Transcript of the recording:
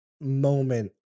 moment